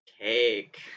Cake